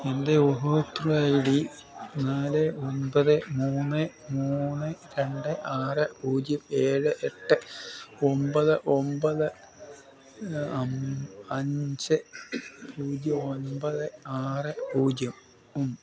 എൻ്റെ ഉപഭോക്തൃ I D നാല് ഒൻപത് മൂന്ന് മൂന്ന് രണ്ട് ആറ് പൂജ്യം ഏഴ് എട്ട് ഒമ്പത് ഒമ്പത് അഞ്ച് പൂജ്യം ഒൻപത് ആറ് പൂജ്യം